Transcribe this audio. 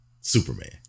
Superman